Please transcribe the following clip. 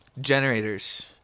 Generators